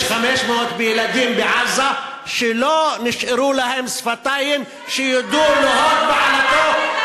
יש 500 ילדים בעזה שלא נשארו להם שפתיים שיודו להוד מעלתו,